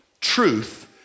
truth